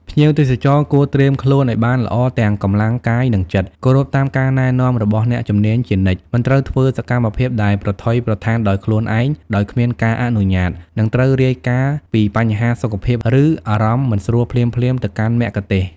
ភ្ញៀវទេសចរគួរត្រៀមខ្លួនឱ្យបានល្អទាំងកម្លាំងកាយនិងចិត្ត គោរពតាមការណែនាំរបស់អ្នកជំនាញជានិច្ច មិនត្រូវធ្វើសកម្មភាពដែលប្រថុយប្រថានដោយខ្លួនឯងដោយគ្មានការអនុញ្ញាត និងត្រូវរាយការណ៍ពីបញ្ហាសុខភាពឬអារម្មណ៍មិនស្រួលភ្លាមៗទៅកាន់មគ្គុទ្ទេសក៍។